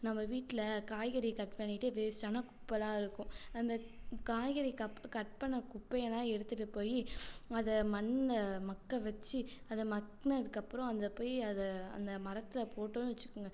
நம்ம வீட்டில் காய்கறி கட் பண்ணிட்டு வேஸ்ட் ஆன குப்பைல்லாம் இருக்கும் அந்த காய்கறி கப் கட் பண்ண குப்பை எல்லாம் எடுத்துட்டுப் போயி அதை மண்ணில் மக்க வச்சு அதை மக்னதுக்கு அப்புறம் அங்கே போய் அதை அந்த மரத்தில போட்டோன்னு வச்சுக்கங்க